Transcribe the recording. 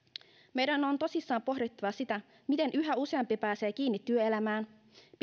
meidän on tosissaan pohdittava sitä miten yhä useampi pääsee kiinni työelämään